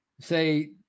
say